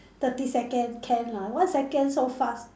thirty second can lah one second so fast